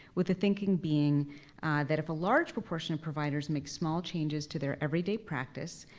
with the thinking being that if a large proportion of providers make small changes to their everyday practice,